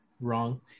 wrong